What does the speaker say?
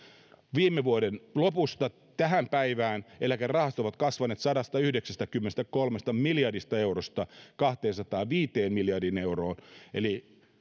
viime vuoden lopusta tähän päivään eläkerahastot ovat kasvaneet sadastayhdeksästäkymmenestäkolmesta miljardista eurosta kahteensataanviiteen miljardiin euroon eli